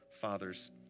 father's